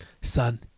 Son